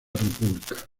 república